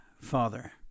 Father